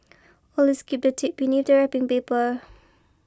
always keep the tape beneath the wrapping paper